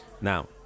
Now